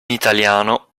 italiano